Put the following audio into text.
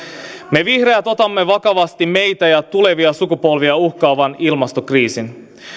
me vihreät otamme vakavasti meitä ja tulevia sukupolvia uhkaavan ilmastokriisin